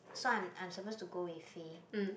so I'm I'm supposed to go with Faye